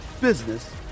business